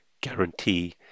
guarantee